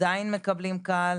עדיין מקבלים קהל.